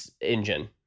engine